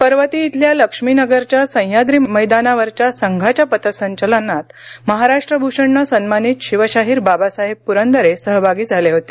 पर्वती इथल्या लक्ष्मीनगरच्या सह्याद्री मैदानावर संघाच्या पथसंचलनात महाराष्ट्र भूषणनं सन्मानित शिवशाहीर बाबासाहेब प्रंदरे सहभागी झाले होते